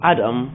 Adam